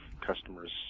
customers